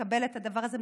לקבל את הדבר הזה.